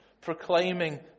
proclaiming